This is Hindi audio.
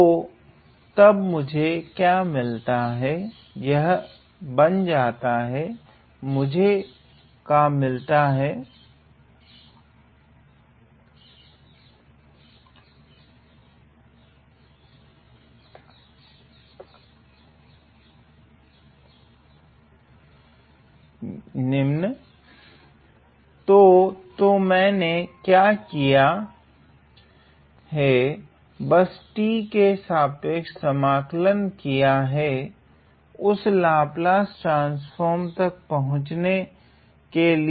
तो तब मुझे क्या मिलता हैं यह बन जाता है मुझे का मिलता हैं तो तो मीने क्या किया है बस t के सापेक्ष समाकल किया है इस लाप्लास ट्रान्स्फ़ोर्म तक पाहुचने के लिए